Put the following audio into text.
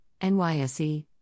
NYSE